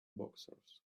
boxers